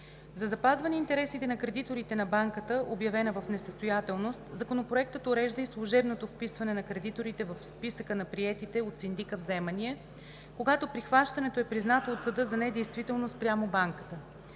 За запазване интересите на кредиторите на банката, обявена в несъстоятелност, Законопроектът урежда и служебното вписване на кредиторите в списъка на приетите от синдика вземания, когато прихващането е признато от съда за недействително спрямо банката.